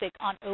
on